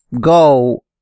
go